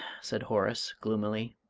said horace, gloomily,